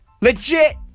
Legit